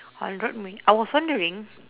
hundred mi~ I was wondering